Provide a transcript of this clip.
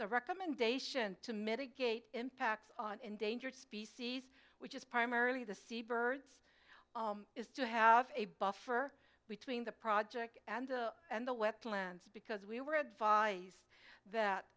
the recommendation to mitigate impacts on endangered species which is primarily the seabirds is to have a buffer between the project and the and the wetlands because we were advised that